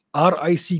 RIC